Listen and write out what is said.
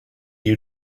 you